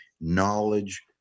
knowledge